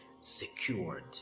secured